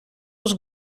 was